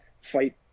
fight